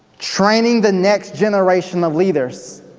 training the next generation of leaders.